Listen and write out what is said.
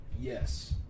Yes